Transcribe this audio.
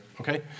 okay